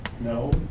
no